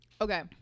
okay